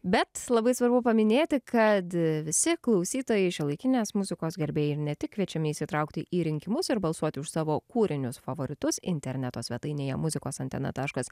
bet labai svarbu paminėti kad visi klausytojai šiuolaikinės muzikos gerbėjai ir ne tik kviečiami įsitraukti į rinkimus ir balsuoti už savo kūrinius favoritus interneto svetainėje muzikos antena taškas